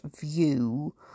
view